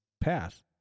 path